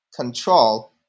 control